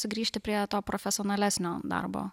sugrįžti prie to profesionalesnio darbo